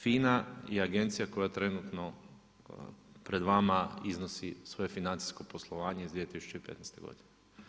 FINA i agencija koja trenutno pred vama iznosi svoje financijsko poslovanje iz 2015. godine.